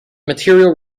material